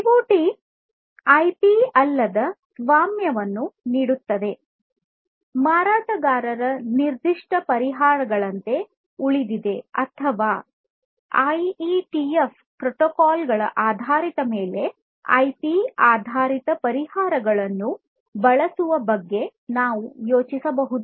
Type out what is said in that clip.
IoT IP ಅಲ್ಲದ ಸ್ವಾಮ್ಯವನ್ನು ನೀಡುತ್ತದೆ ಮಾರಾಟಗಾರರ ನಿರ್ದಿಷ್ಟ ಪರಿಹಾರಗಳಂತೆ ಉಳಿದಿದೆ ಅಥವಾ ಐಇಟಿಎಫ್ ಪ್ರೋಟೋಕಾಲ್ ಗಳ ಆಧಾರದ ಮೇಲೆ ಐಪಿ ಆಧಾರಿತ ಪರಿಹಾರಗಳನ್ನು ಬಳಸುವ ಬಗ್ಗೆ ನಾವು ಯೋಚಿಸಬಹುದು